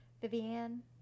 Vivian